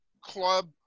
club